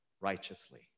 righteously